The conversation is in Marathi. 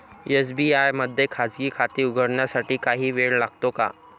एस.बी.आय मध्ये खाजगी खाते उघडण्यासाठी काही वेळ लागतो का?